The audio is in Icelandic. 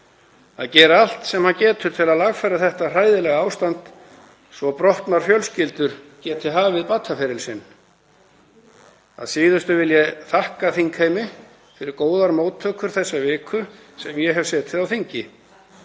að gera allt sem hann getur til að lagfæra þetta hræðilega ástand svo brotnar fjölskyldur geti hafið bataferil sinn. Að síðustu vil ég þakka þingheimi fyrir góðar móttökur þessa viku sem ég hef setið á þingi.